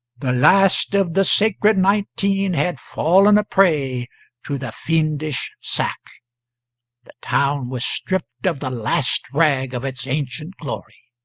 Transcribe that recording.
the last of the sacred nineteen had fallen a prey to the fiendish sack the town was stripped of the last rag of its ancient glory.